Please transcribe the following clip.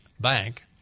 Bank